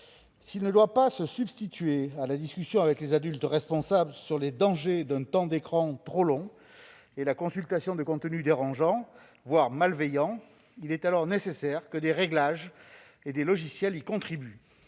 ne doit pas se substituer à la discussion avec les adultes responsables sur les dangers d'un temps d'écran trop long et de la consultation de contenus dérangeants, voire malveillants, il reste nécessaire que des réglages et des logiciels y contribuent.